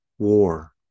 War